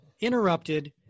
interrupted